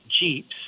Jeeps